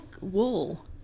wool